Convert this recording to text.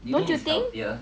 don't you think